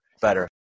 better